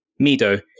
Mido